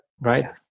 right